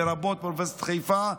לרבות אוניברסיטת חיפה,